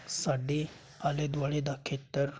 ਸਾਡੇ ਆਲੇ ਦੁਆਲੇ ਦਾ ਖੇਤਰ